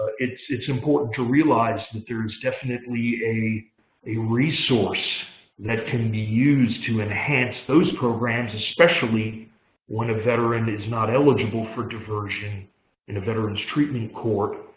it's it's important to realize that there's definitely a a resource that can be used to enhance those programs, especially when a veteran is not eligible for diversion in a veterans treatment court,